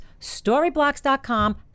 storyblocks.com